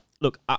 Look